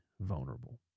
vulnerable